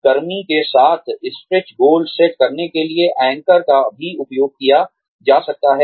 कर्मी के साथ स्ट्रेच गोल सेट करने के लिए एंकर का भी उपयोग किया जा सकता है